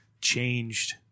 changed